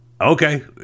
okay